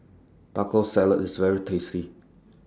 Taco Salad IS very tasty